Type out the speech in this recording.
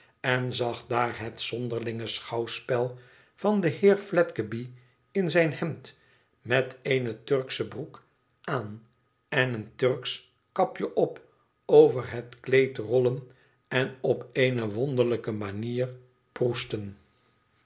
en zag daar het zonderlinge schouwspel van den heer fledgeby in zijn hemd met eene turksche broek aan en een turksch kapje op over het kleed rollen en op eene wonderlijke manier proesten